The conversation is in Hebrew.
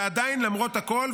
ועדיין למרות הכול,